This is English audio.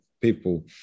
people